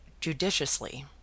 judiciously